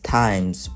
times